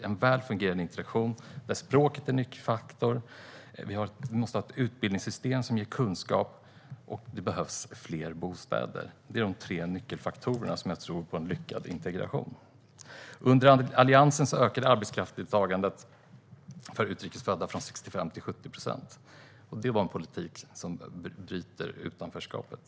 En väl fungerande interaktion där språket är nyckeln, ett utbildningssystem som ger kunskap samt fler bostäder - det är, tror jag, de tre nyckelfaktorerna för lyckad integration. Under Alliansen ökade arbetskraftsdeltagandet för utrikes födda från 65 till 70 procent. Det var en politik som bryter utanförskapet.